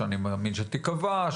שאני מאמין שתקבעה,